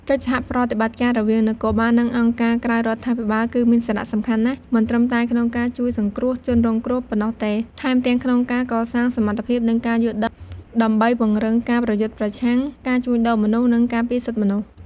កិច្ចសហប្រតិបត្តិការរវាងនគរបាល និងអង្គការក្រៅរដ្ឋាភិបាលគឺមានសារៈសំខាន់ណាស់ មិនត្រឹមតែក្នុងការជួយសង្គ្រោះជនរងគ្រោះប៉ុណ្ណោះទេ ថែមទាំងក្នុងការកសាងសមត្ថភាព និងការយល់ដឹងដើម្បីពង្រឹងការប្រយុទ្ធប្រឆាំងការជួញដូរមនុស្ស និងការពារសិទ្ធិមនុស្ស។